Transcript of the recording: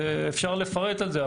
אפשר לפרט על זה,